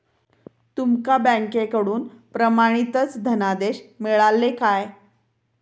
तुमका बँकेकडून प्रमाणितच धनादेश मिळाल्ले काय?